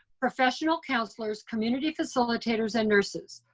professional counselors, community facilitators and nurses.